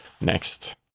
next